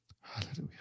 Hallelujah